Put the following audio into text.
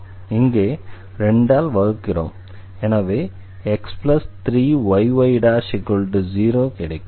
இங்கே 2 ஆல் வகுக்கிறோம் எனவே x3yy0 கிடைக்கும்